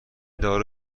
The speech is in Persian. دارو